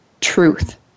truth